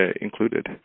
included